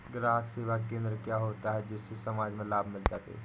ग्राहक सेवा केंद्र क्या होता है जिससे समाज में लाभ मिल सके?